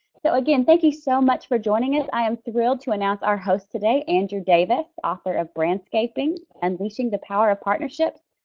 so again thank you so much for joining us. i am thrilled to announce our host today andrew davis, author of brandscaping unleashing the power of partnerships,